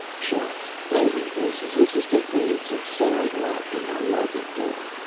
shouts, angry voices, insistent waves of sound lapped around margaret duffe.